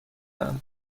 اند